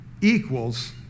equals